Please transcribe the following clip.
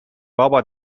بابا